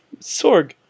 Sorg